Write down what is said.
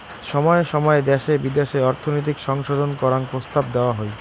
সময় সময় দ্যাশে বিদ্যাশে অর্থনৈতিক সংশোধন করাং প্রস্তাব দেওয়া হই